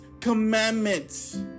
commandments